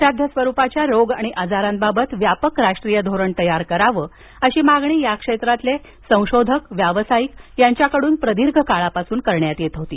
असाध्य स्वरूपाच्या रोग आणि आजारांबाबत व्यापक राष्ट्रीय धोरण तयार करावं अशी मागणी या क्षेत्रातील संशिधक व्यावसायिक यांच्याकडून प्रदीर्घ काळापासून करण्यात येत होती